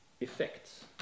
effects